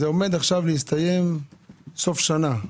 זה עומד עכשיו להסתיים בסוף השנה,